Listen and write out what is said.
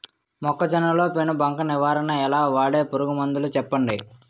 మొక్కజొన్న లో పెను బంక నివారణ ఎలా? వాడే పురుగు మందులు చెప్పండి?